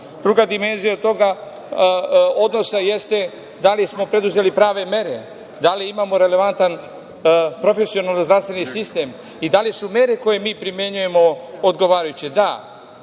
Druga dimenzija tog odnosa jeste da li smo preduzeli prave mere, da li imamo relevantan profesionalni zdravstveni sistem i da li su mere koje mi primenjujemo odgovarajuće. Da,